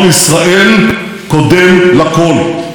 חשפתי את ארכיון הגרעין הסודי של איראן,